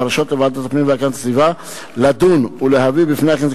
להרשות לוועדת הפנים והגנת הסביבה לדון ולהביא בפני הכנסת